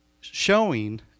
showing